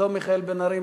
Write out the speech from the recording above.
לא מיכאל בן-ארי,